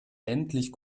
endlich